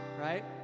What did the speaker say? right